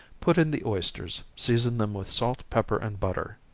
put in the oysters, season them with salt pepper, and butter.